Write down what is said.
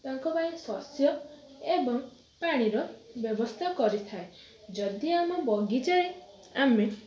ତାଙ୍କ ପାଇଁ ଶସ୍ୟ ଏବଂ ପାଣିର ବ୍ୟବସ୍ଥା କରିଥାଏ ଯଦି ଆମ ବଗିଚାରେ ଆମେ